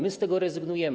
My z tego rezygnujemy.